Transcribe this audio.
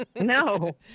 No